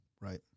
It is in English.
Right